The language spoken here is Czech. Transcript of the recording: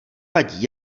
vadí